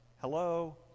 hello